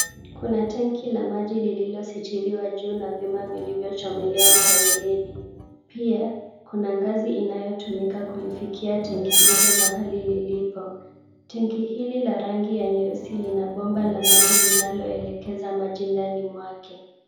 Kuna tanki la maji lililositiriwa juu na vyuma vilivyochomelewa kwa weledi. Pia kuna ngazi inayotumika kulifikia tenki hilo mahali lilipo. Tenki hili la rangi nyeusi lina bomba la maji linaloelekeza maji ndani mwake.